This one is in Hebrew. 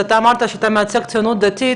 אתה אמרת שאתה מייצג את הציונות הדתית